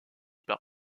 par